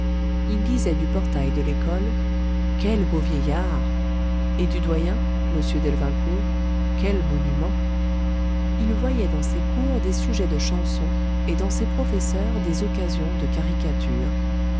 il disait du portail de l'école quel beau vieillard et du doyen m delvincourt quel monument il voyait dans ses cours des sujets de chansons et dans ses professeurs des occasions de caricatures